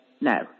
no